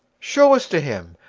show us to him!